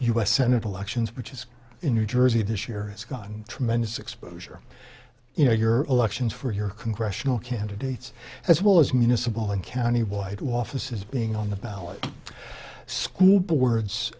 s senate elections which is in new jersey this year it's gone tremendous exposure you know your elections for your congressional candidates as well as municipal and county wide offices being on the ballot school boards